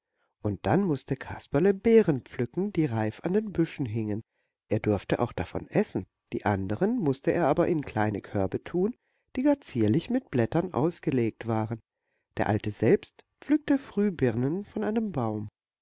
und dann mußte kasperle beeren pflücken die reif an den büschen hingen er durfte auch davon essen die andern mußte er aber in kleine körbe tun die gar zierlich mit blättern ausgelegt waren der alte selbst pflückte frühbirnen von einem baum